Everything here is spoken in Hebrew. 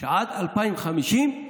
שעד 2050,